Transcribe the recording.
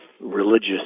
religious